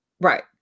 Right